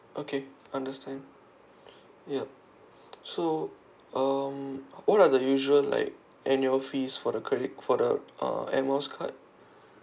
okay understand yup so um what are the usual like annual fees for the credit for the uh air miles card